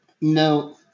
no